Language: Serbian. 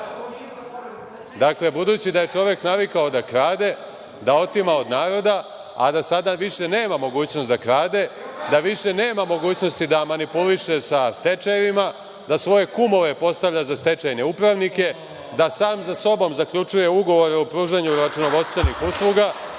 ovo?)Dakle, budući da je čovek navikao da krade, da otima od naroda, a da sada više nema mogućnost da krade, da više nema mogućnosti da manipuliše sa stečajevima, da svoje kumove postavlja za stečajne upravnike, da sam za sobom zaključuje ugovore o pružanju računovodstvenih usluga…